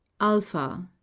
Alpha